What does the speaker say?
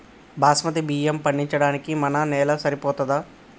బాస్మతి బియ్యం పండించడానికి మన నేల సరిపోతదా?